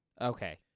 Okay